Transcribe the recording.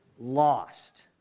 lost